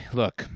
look